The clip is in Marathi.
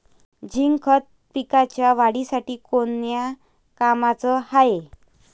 झिंक खत पिकाच्या वाढीसाठी कोन्या कामाचं हाये?